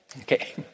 okay